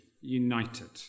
united